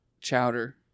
chowder